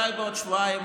אולי בעוד שבועיים,